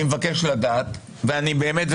אני מבקש לדעת ובאמת,